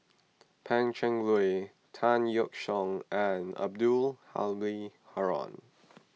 Pan Cheng Lui Tan Yeok Seong and Abdul Halim Haron